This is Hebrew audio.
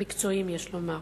המקצועיים, יש לומר.